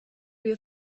you